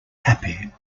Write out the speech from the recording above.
happy